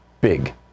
big